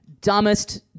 dumbest